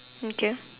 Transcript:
mm okay